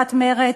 סיעת מרצ,